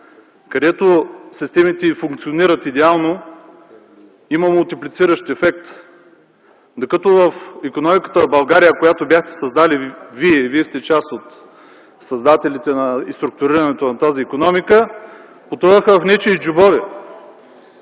където системите функционират идеално, има мултиплициращ ефект, докато в икономиката в България, която бяхте създали вие – и вие сте част от създателите и структурирането на тази икономика, потъваха в нечии джобове.